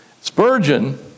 Spurgeon